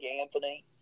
Anthony